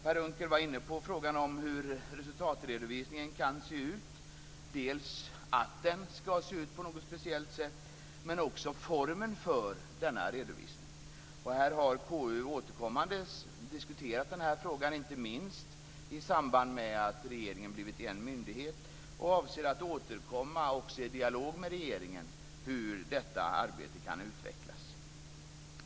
Per Unckel var inne på frågan om hur resultatredovisningen kan se ut, dvs. dels att den ska se ut på något speciellt sätt, dels formen för denna redovisning. KU har återkommande diskuterat den här frågan, inte minst i samband med att regeringen blivit en myndighet, och avser att återkomma också i dialog med regeringen hur detta arbete kan utvecklas.